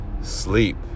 sleep